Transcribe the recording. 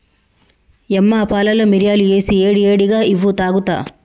యమ్మ పాలలో మిరియాలు ఏసి ఏడి ఏడిగా ఇవ్వు తాగుత